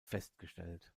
festgestellt